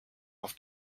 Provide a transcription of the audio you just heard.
auf